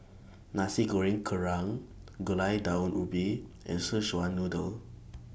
Nasi Goreng Kerang Gulai Daun Ubi and Szechuan Noodle